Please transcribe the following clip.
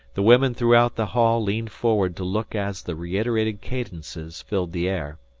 the women throughout the hall leaned forward to look as the reiterated cadences filled the air.